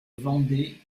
vendée